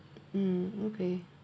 mm okay